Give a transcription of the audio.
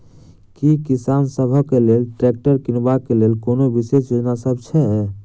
की किसान सबहक लेल ट्रैक्टर किनबाक लेल कोनो विशेष योजना सब छै?